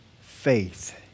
faith